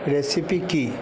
recipe কী